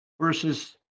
versus